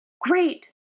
Great